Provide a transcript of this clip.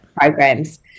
programs